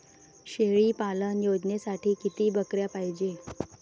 शेळी पालन योजनेसाठी किती बकऱ्या पायजे?